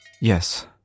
Yes